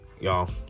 y'all